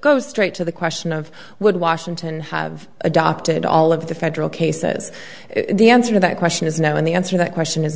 go straight to the question of would washington have adopted all of the federal cases the answer to that question is no and the answer that question is